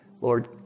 Lord